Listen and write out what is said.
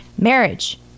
marriage